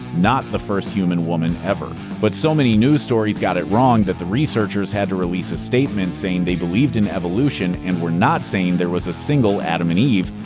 not the first human woman ever. but so many news stories got it wrong that the researchers had to release a statement saying they believed in evolution and were not saying there was a single adam and eve,